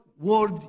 word